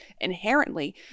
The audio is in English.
inherently